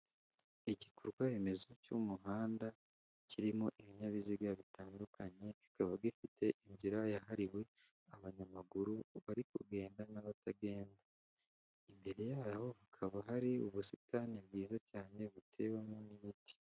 Igikorwa remezo cy'umuhanda kirimo ibinyabiziga bitandukanye, bikaba bifite inzira yahariwe abanyamaguru bari kugenda n'abatagenda, imbere yaho hakaba hari ubusitani bwiza cyane butewemo n'imiti.